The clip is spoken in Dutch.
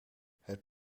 het